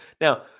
Now